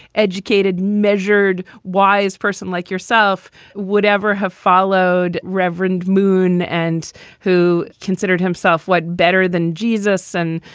educated, measured, wise person like yourself would ever have followed reverend moon and who considered himself what better than jesus and,